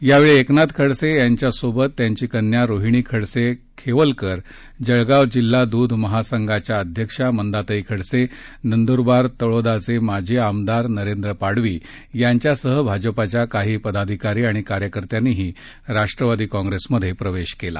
यावेळी एकनाथ खडसे यांच्यासोबत त्यांची कन्या रोहिणी खडसे खेवलकर जळगाव जिल्हा दूध महासंघाच्या अध्यक्षा मंदाताई खडसे नंदुरबार तळोदाचे माजी आमदार नरेंद्र पाडवी यांच्यासह भाजपाच्या काही पदाधिकारी आणि कार्यकर्त्यांनीही राष्ट्रवादी काँग्रेसमधे प्रवेश केला